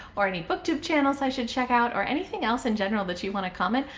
or any booktube channels i should check out, or anything else in general that you want to comment!